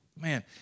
man